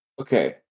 Okay